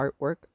artwork